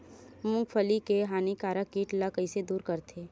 मूंगफली के हानिकारक कीट ला कइसे दूर करथे?